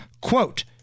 quote